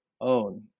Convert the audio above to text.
own